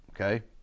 okay